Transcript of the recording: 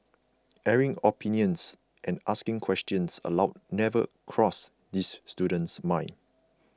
airing opinions and asking questions aloud never crossed this student's mind